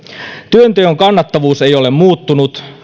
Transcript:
työnteon kannattavuus ei ole muuttunut